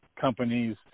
companies